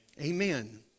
Amen